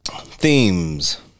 themes